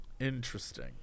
Interesting